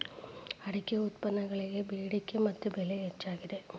ಅಡಿಕೆ ಉತ್ಪನ್ನಗಳಿಗೆ ಬೆಡಿಕೆ ಮತ್ತ ಬೆಲೆ ಹೆಚ್ಚಾಗಿದೆ